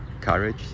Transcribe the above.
courage